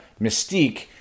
Mystique